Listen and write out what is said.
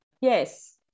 Yes